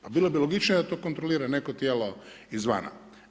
Pa bilo bi logičnije da to kontrolira neko tijelo izvana.